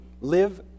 live